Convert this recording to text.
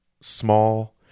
small